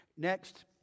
Next